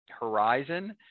horizon